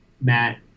matt